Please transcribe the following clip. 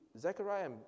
Zechariah